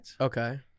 Okay